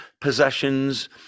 possessions